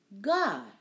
God